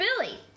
Billy